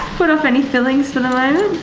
put off any fillings for the moment.